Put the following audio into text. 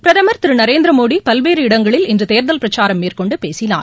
பிரதமர் திரு நரேந்திர மோடி பல்வேறு இடங்களில் இன்று தேர்தல் பிரச்சாரம் மேற்கொண்டு பேசினார்